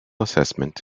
assessment